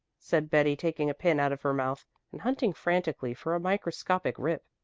said betty taking a pin out of her mouth and hunting frantically for a microscopic rip.